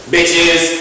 Bitches